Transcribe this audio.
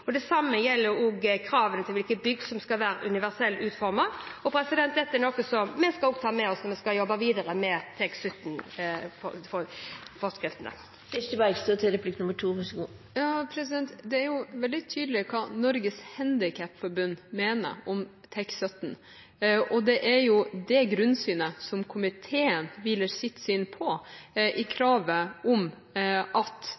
Det samme gjelder også kravene til hvilke bygg som skal være universelt utformet. Dette er noe som vi skal ta med oss når vi skal jobbe videre med TEK17-forskriften. Det er veldig tydelig hva Norges Handikapforbund mener om TEK17. Det er jo det grunnsynet som komiteen hviler sitt syn på, i kravet om at